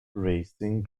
racing